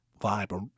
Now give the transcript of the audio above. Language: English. vibe